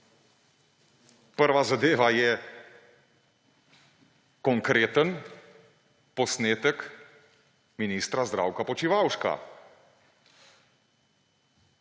prva zadeva je konkreten posnetek ministra Zdravka Počivalška.